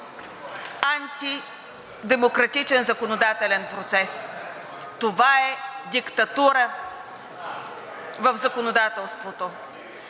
антидемократичен законодателен процес! Това е диктатура в законодателството!